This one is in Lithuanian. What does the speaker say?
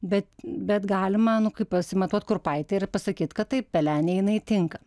bet bet galima nu kaip pasimatuot kurpaitę ir pasakyt kad taip pelenei jinai tinka